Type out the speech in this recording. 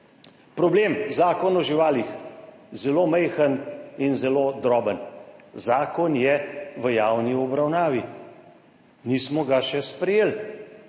Problem. Zakon o živalih. Zelo majhen in zelo droben. Zakon je v javni obravnavi. Nismo ga še sprejeli.